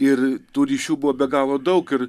ir tų ryšių buvo be galo daug ir